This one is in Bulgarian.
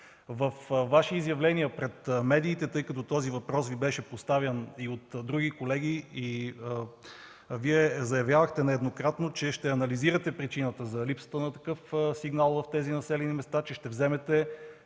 Ваше изявление пред медиите, тъй като този въпрос Ви беше поставян и от други колеги, заявявахте нееднократно, че ще анализирате причината за липсата на такъв сигнал в тези населени места, че ще вземете